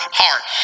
heart